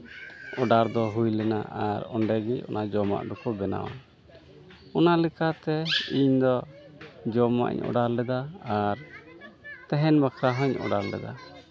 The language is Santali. ᱚᱰᱟᱨ ᱫᱚ ᱦᱩᱭ ᱞᱮᱱᱟ ᱟᱨ ᱚᱸᱰᱮ ᱜᱤ ᱚᱱᱟ ᱡᱚᱢᱟᱜ ᱫᱚᱠᱚ ᱵᱮᱱᱟᱣᱟ ᱚᱱᱟ ᱞᱮᱠᱟᱛᱮ ᱤᱧ ᱫᱚ ᱡᱚᱢᱟᱜ ᱤᱧ ᱚᱰᱟᱨ ᱞᱮᱫᱟ ᱟᱨ ᱛᱟᱦᱮᱱ ᱵᱟᱠᱷᱨᱟ ᱦᱩᱧ ᱚᱰᱟᱨ ᱞᱮᱫᱟ